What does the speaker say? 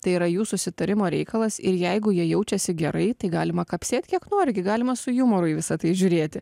tai yra jų susitarimo reikalas ir jeigu jie jaučiasi gerai tai galima kapsėt kiek nori gi galima su jumoru į visa tai žiūrėti